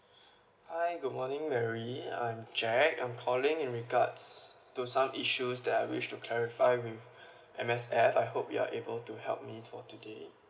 hi good morning mary I'm jack I'm calling in regards to some issues that I wish to clarify with M_S_F I hope you are able to help me for today